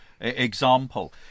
example